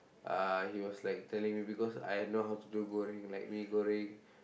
uh he was like telling me because I know how to do goreng like mee-goreng